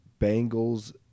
Bengals